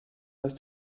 dass